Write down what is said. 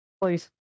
Please